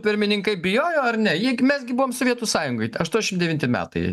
pirmininkai bijojo ar ne juk mes gi buvom sovietų sąjungoj aštuoniasdešimt devinti metai